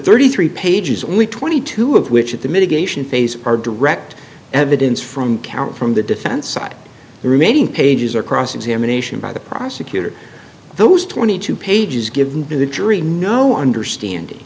thirty three pages only twenty two of which at the mitigation phase are direct evidence from count from the defense side the remaining pages or cross examination by the prosecutor those twenty two pages given by the jury no understanding